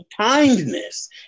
kindness